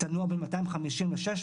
תנוע בין 250 ל-600.